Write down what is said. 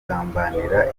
kugambanira